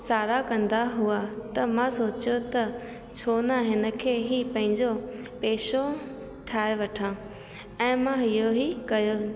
साराह कंदा हुआ त मां सोचियो त छो न हिन खे ई पंहिंजो पेशो ठाहे वठां ऐं मां इहो ई कयो